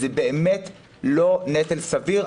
זה באמת לא נטל סביר,